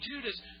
Judas